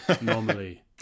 normally